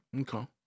Okay